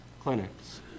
clinics